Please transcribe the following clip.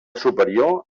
superior